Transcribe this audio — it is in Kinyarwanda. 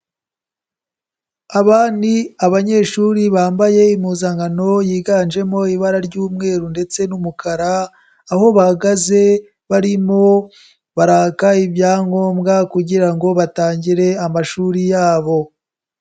Aba ni abanyeshuri bambaye impuzankano yiganjemo ibara ry'umweru ndetse n'umukara aho bahagaze barimo baraka ibyangombwa kugira ngo batangire amashuri yabo.